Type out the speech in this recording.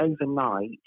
overnight